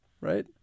right